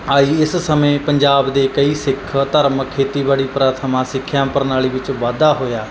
ਆਈ ਇਸ ਸਮੇਂ ਪੰਜਾਬ ਦੇ ਕਈ ਸਿੱਖ ਧਰਮ ਖੇਤੀਬਾੜੀ ਪ੍ਰਥਮਾ ਸਿੱਖਿਆ ਪ੍ਰਣਾਲੀ ਵਿੱਚ ਵਾਧਾ ਹੋਇਆ